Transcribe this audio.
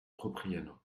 propriano